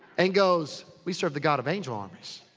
and goes, we serve the god of angel armies.